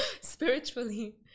spiritually